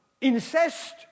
incest